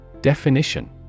Definition